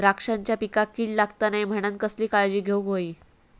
द्राक्षांच्या पिकांक कीड लागता नये म्हणान कसली काळजी घेऊक होई?